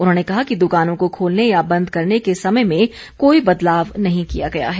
उन्होंने कहा कि दुकानों को खोलने या बंद करने के समय में कोई बदलाव नहीं किया गया है